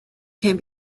can